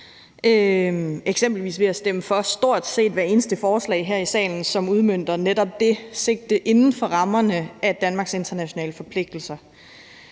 eksempelvis ved at stemme for stort set hvert eneste forslag her i salen, som udmønter netop det sigte inden for rammerne af Danmarks internationale forpligtelser.